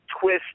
twist